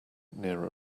near